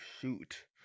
shoot